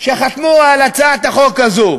שחתמו על הצעת החוק הזו,